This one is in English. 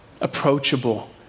approachable